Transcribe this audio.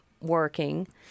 working